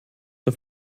auf